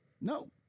no